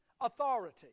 authority